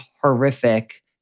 horrific